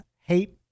hate